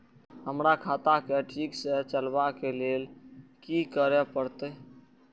हमरा खाता क ठीक स चलबाक लेल की करे परतै